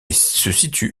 situe